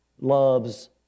loves